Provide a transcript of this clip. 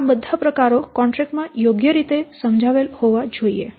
આ બધા પ્રકારો કોન્ટ્રેક્ટ માં યોગ્ય રીતે સમજાવેલ હોવા જોઈએ